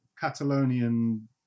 Catalonian